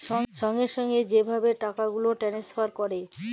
সঙ্গে সঙ্গে যে ভাবে টাকা গুলাল টেলেসফার ক্যরে